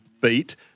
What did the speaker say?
beat